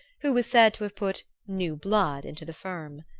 who was said to have put new blood into the firm.